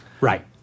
Right